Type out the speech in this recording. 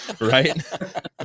right